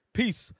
peace